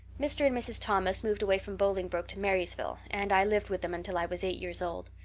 mr. and mrs. thomas moved away from bolingbroke to marysville, and i lived with them until i was eight years old.